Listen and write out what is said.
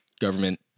government